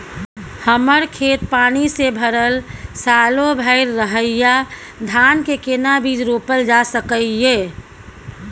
हमर खेत पानी से भरल सालो भैर रहैया, धान के केना बीज रोपल जा सकै ये?